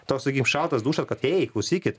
toks sakim šaltas dušas kad ei klausykit